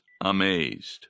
amazed